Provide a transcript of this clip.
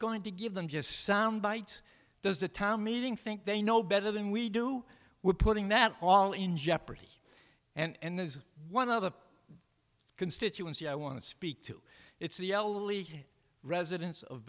going to give them just soundbite does the town meeting think they know better than we do with putting that all in jeopardy and there's one other constituency i want to speak to it's the elderly residents of